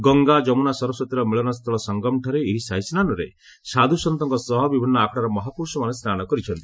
ଗଙ୍ଗା ଯମୁନା ସରସ୍ୱତୀର ମିଳିନସ୍ଥଳ ସଙ୍ଗମଠାରେ ଏହି ସାହିସ୍ନାନରେ ସାଧୁସନ୍ତ୍ରଙ୍କ ସହ ବିଭିନ୍ନ ଆଖଡ଼ାର ମହାପୁରୁଷମାନେ ସ୍ନାନ କରିଛନ୍ତି